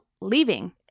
leaving